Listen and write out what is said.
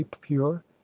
pure